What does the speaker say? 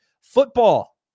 football